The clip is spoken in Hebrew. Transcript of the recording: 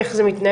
איך זה מתנהל?